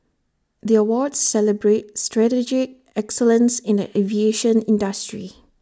the awards celebrate strategic excellence in the aviation industry